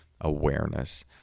awareness